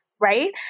Right